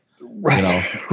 Right